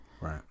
Right